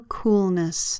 coolness